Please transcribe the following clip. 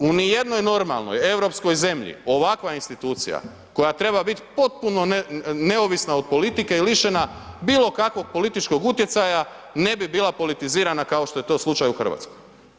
U ni jednoj normalnoj europskoj zemlji ovakva institucija koja treba biti potpuno neovisna od politike i lišena bilo kakvog političkog utjecaja ne bi bila politizirana kao što je to slučaj u Hrvatskoj.